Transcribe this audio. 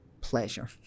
pleasure